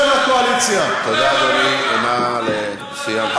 כדי לא לתת לקבוצת הרוב וכדי לא לתת לקואליציה לפגוע,